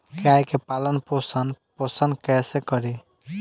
गाय के पालन पोषण पोषण कैसे करी?